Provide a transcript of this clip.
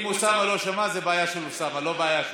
אם אוסאמה לא שמע זו בעיה של אוסאמה, לא בעיה שלי.